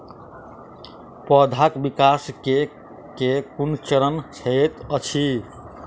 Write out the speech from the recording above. पौधाक विकास केँ केँ कुन चरण हएत अछि?